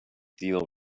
deal